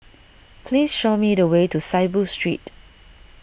please show me the way to Saiboo Street